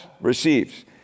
receives